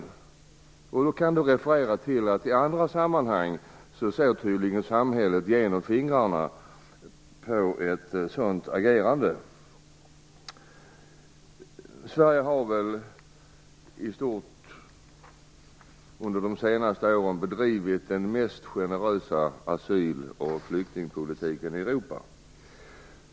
Man kan ju då referera till att samhället i andra sammanhang tydligen ser mellan fingrarna när det gäller ett sådant agerande. Sverige har nog i stort under de senaste åren varit det land som bedrivit den mest generösa asyl och flyktingpolitiken i Europa.